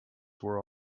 were